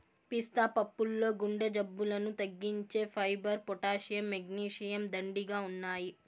పిస్తా పప్పుల్లో గుండె జబ్బులను తగ్గించే ఫైబర్, పొటాషియం, మెగ్నీషియం, దండిగా ఉన్నాయి